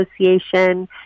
association